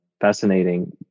fascinating